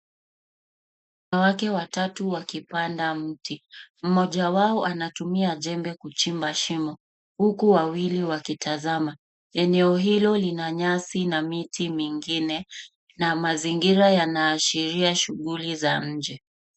Wanawake watatu wakipanda mti. Mmoja wao anatumia jembe kuchimba shimo, huku wawili wakitazama. Eneo hilo lina nyasi na miti mingine, na mazingira yanaashiria shughuli za nje.